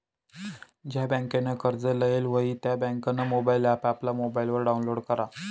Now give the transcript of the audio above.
ज्या बँकनं कर्ज लेयेल व्हयी त्या बँकनं मोबाईल ॲप आपला मोबाईलवर डाऊनलोड करा